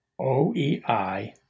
OEI